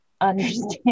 understand